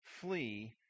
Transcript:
flee